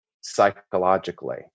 psychologically